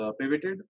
pivoted